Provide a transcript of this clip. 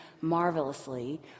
marvelously